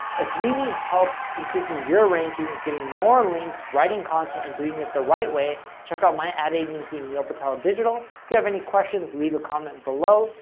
if you need help increasing your rankings, getting more links, writing content and doing it the right way, check out my ad agency, neil patel digital. if you have any questions, leave a comment below.